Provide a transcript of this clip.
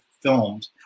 filmed